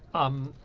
um,